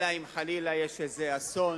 אלא אם כן חלילה יש איזה אסון